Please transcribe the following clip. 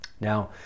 Now